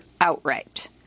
outright